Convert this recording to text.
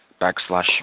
backslash